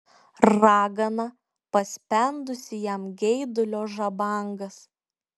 ragana paspendusi jam geidulio žabangas